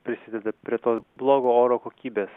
prisideda prie to blogo oro kokybės